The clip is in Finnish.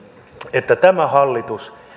että tämä hallitus